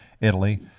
Italy